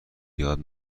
بیاد